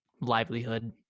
livelihood